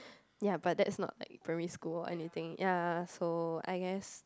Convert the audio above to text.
ya but that's not like primary school or anything ya so I guess